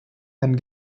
and